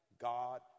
God